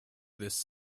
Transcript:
this